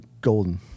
golden